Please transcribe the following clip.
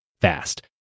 fast